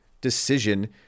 decision